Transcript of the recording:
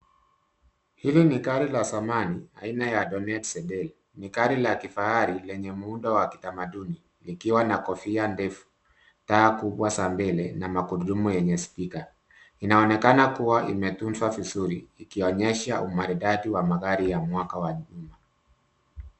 Hili ni gari la zamani aina ya Donet Sedan. Ni gari la kifahari lenye muundo wa kitamaduni likiwa na kofia ndefu, taa kubwa za mbele, na magurudumu yenye spika . Linaonekana kuwa limetunzwa vizuri ikionyesha umaridadi wa magari ya mwaka.